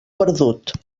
perdut